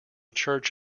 church